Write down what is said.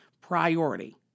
priority